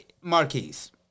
marquise